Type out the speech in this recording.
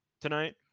tonight